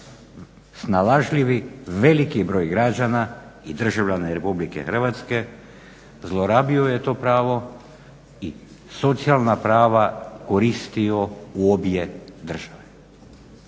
snalažljivi veliki broj građana i državljana RH zlorabio je to pravo i socijalna prava koristio u obje države.